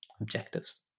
objectives